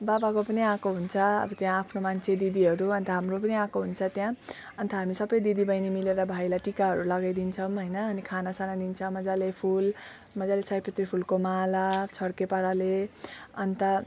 बाबाको पनि आएको हुन्छ अब त्यहाँ आफ्नो मान्छे दिदीहरू अन्त हाम्रो पनि आएको हुन्छ त्यहाँ अन्त हामी सबै दिदी बहिनी मिलेर भाइलाई टिकाहरू लगाइदिन्छौँ होइन अनि खाना साना दिन्छ मजाले फुल मजाले सयपत्री फुलको माला छड्के पाराले अन्त